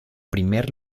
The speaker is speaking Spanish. primer